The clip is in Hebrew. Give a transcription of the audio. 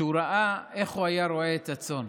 כשהוא ראה איך הוא היה רועה את הצאן.